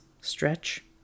Stretch